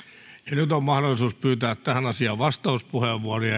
nyt on mahdollisuus pyytää tähän asiaan vastauspuheenvuoroja